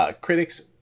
Critics